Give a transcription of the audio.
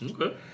Okay